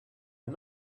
and